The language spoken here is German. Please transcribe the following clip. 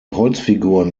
holzfiguren